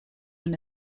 man